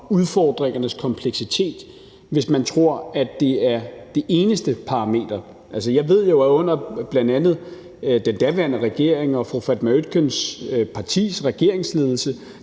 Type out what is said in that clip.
udfordringernes kompleksitet, hvis man tror, at det er det eneste parameter. Altså, jeg ved jo, at man under den daværende regering, altså under fru Fatma Øktems partis regeringsledelse,